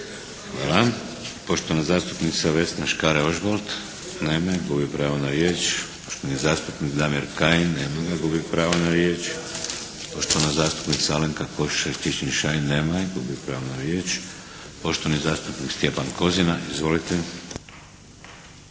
Hvala. Poštovana zastupnica Vesna Škare Ožbolt. Nema je. Gubi pravo na riječ. Poštovani zastupnik Damir Kajin. Nema ga. Gubi pravo na riječ. Poštovana zastupnica Alenka Košiša Čičin-Šain. Nema je. Gubi pravo na riječ. Poštovani zastupnik Stjepan Kozina. Izvolite.